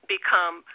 become